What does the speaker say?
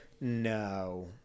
No